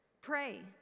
pray